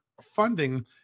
funding